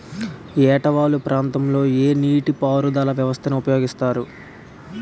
ఏట వాలు ప్రాంతం లొ ఏ నీటిపారుదల వ్యవస్థ ని ఉపయోగిస్తారు?